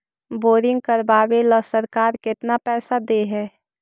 Boring करबाबे ल सरकार केतना पैसा दे है?